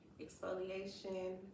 exfoliation